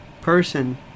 person